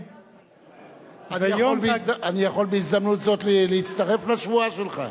אני יכול בהזדמנות זאת להצטרף לשבועה שלך?